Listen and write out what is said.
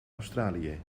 australië